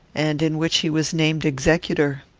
and in which he was named executor.